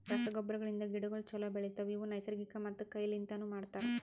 ರಸಗೊಬ್ಬರಗಳಿಂದ್ ಗಿಡಗೋಳು ಛಲೋ ಬೆಳಿತವ, ಇವು ನೈಸರ್ಗಿಕ ಮತ್ತ ಕೈ ಲಿಂತನು ಮಾಡ್ತರ